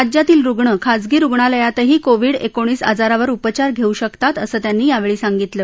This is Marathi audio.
राज्यातील रुग्ण खाजगी रुग्णालयातही कोविड एकोणीस आजारावर उपचार घेऊ शकतात असं त्यांनी यावेळी सांगितलं